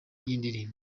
y’indirimbo